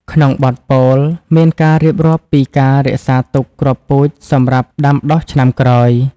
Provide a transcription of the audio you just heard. ក្នុងបទពោល មានការរៀបរាប់ពីការរក្សាទុកគ្រាប់ពូជសម្រាប់ដាំដុះឆ្នាំក្រោយ។